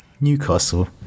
Newcastle